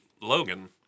Logan